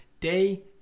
day